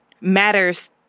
matters